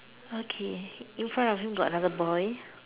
okay in front of him got another boy